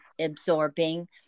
absorbing